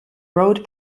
road